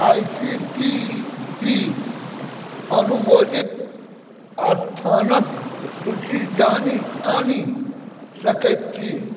आइ C T E अनुमोदित स्थानक सूची जानि सकैत छी